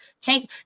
change